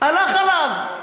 הלך עליו.